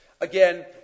Again